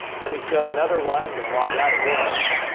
let me show another one i'm gonna log out of this